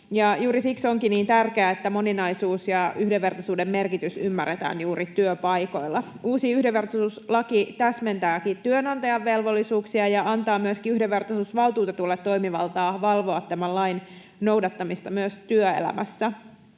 juuri siksi onkin niin tärkeää, että moninaisuus ja yhdenvertaisuuden merkitys ymmärretään juuri työpaikoilla. Uusi yhdenvertaisuuslaki täsmentääkin työnantajan velvollisuuksia ja antaa myöskin yhdenvertaisuusvaltuutetulle toimivaltaa valvoa tämän lain noudattamista myös työelämässä.